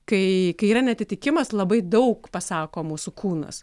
kai kai yra neatitikimas labai daug pasako mūsų kūnas